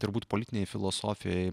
turbūt politinei filosofijai